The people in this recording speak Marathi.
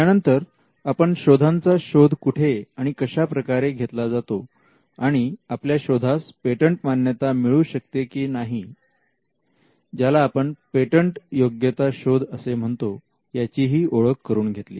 त्यानंतर आपण शोधांचा शोध कुठे आणि कशा प्रकारे घेतला जातो आणि आपल्या शोधास पेटंट मान्यता मिळू शकते की नाही ज्याला आपण पेटंटयोग्यता शोध असे म्हणतो याचीही ओळख करून घेतली